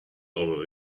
our